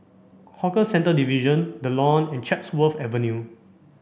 Hawker Centres Division The Lawn and Chatsworth Avenue